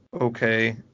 Okay